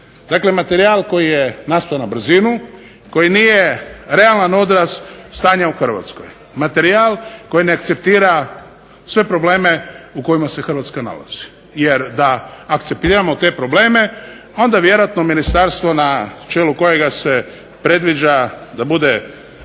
dakle materijal koji je nastao na brzinu, koji nije realan odraz stanja u Hrvatskoj, materijal koji ne akceptira sve probleme u kojima se Hrvatska nalazi jer da akceptiramo te probleme onda vjerojatno ministarstvo na čelu kojega se predviđa da bude